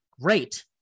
Great